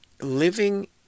living